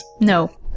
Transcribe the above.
No